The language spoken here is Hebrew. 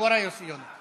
יוסי יונה,